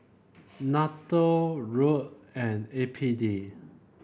NATO ROD and A P D